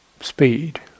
speed